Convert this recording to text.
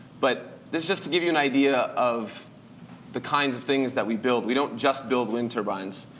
but this just to give you an idea of the kinds of things that we build. we don't just build wind turbines.